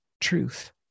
truth